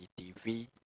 TV